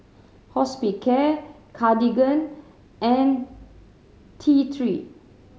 Hospicare Cartigain and T Three